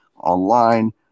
online